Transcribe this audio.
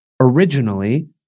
originally